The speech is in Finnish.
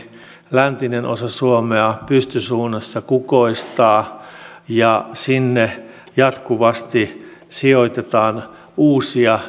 läntinen osa suomea pystysuunnassa kukoistaa ja sinne jatkuvasti sijoitetaan uusia